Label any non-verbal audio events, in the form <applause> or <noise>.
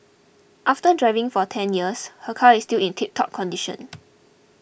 after driving for ten years her car is still in tiptop condition <noise>